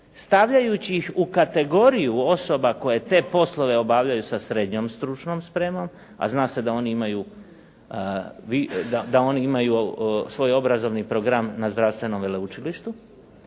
stavljajući ih u kategoriju osoba koje te poslove obavljaju sa srednjom stručnom spremom, a zna se da oni imaju svoj obrazovni program na zdravstvenom veleučilištu,